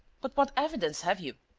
but what evidence have you?